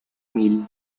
mil